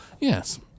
Yes